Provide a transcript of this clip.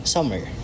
Summer